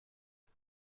این